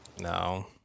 No